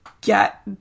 get